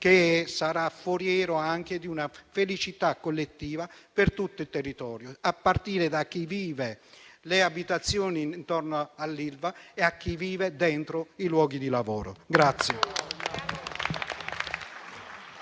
che sarà foriero anche di una felicità collettiva per tutto il territorio, a partire da chi vive nelle abitazioni intorno all'Ilva e da chi vive i luoghi di lavoro.